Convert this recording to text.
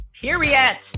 Period